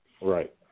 Right